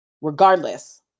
Regardless